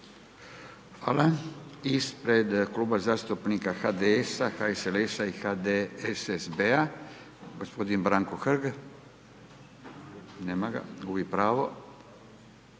Hvala. Ispred Kluba zastupnika HDS, HSLS-a i HDSSB-a gospodin Branko Hrg. Nema ga, gubi pravo.